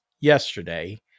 yesterday